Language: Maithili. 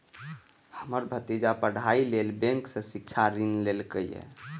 हमर भतीजा पढ़ाइ लेल बैंक सं शिक्षा ऋण लेलकैए